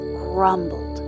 grumbled